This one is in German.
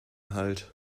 halt